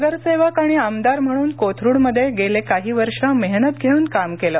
नगरसेवक आणि आमदार म्हणून कोथरूडमध्ये गेले काही वर्ष मेहनत घेऊन काम केलं